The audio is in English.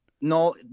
No